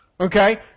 Okay